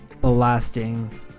blasting